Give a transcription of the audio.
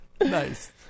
Nice